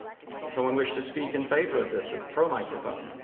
someone wish to speak in favor of this at the pro microphone?